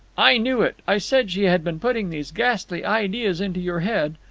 i knew it! i said she had been putting these ghastly ideas into your head.